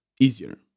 easier